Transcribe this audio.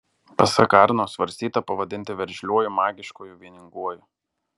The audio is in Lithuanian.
pasak arno svarstyta pavadinti veržliuoju magiškuoju vieninguoju